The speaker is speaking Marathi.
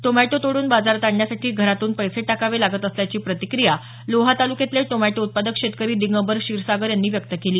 टोमॅटो तोडून बाजारात आणण्यासाठी घरातून पैसे टाकावे लागत असल्याची प्रतिक्रिया लोहा तालुक्यातले टोमॅटो उत्पादक शेतकरी दिगंबर क्षीरसागर यांनी व्यक्त केली